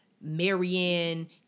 Marianne